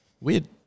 Weird